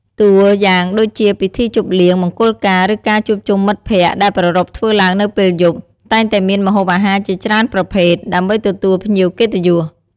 តួយ៉ាងដូចជាពិធីជប់លៀង មង្គលការ ឬការជួបជុំមិត្តភក្តិ ដែលប្រារព្ធធ្វើឡើងនៅពេលយប់ តែងតែមានម្ហូបអាហារជាច្រើនប្រភេទ ដើម្បីទទួលភ្ញៀវកិត្តិយស។